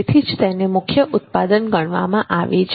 તેથી જ તેને મુખ્ય ઉત્પાદન ગણવામાં આવે છે